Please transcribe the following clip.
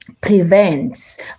prevents